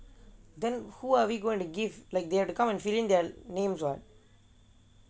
then who are we going to give like they have to come and fill in their names [what]